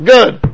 Good